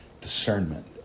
discernment